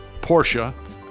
Porsche